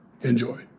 Enjoy